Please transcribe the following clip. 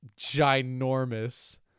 ginormous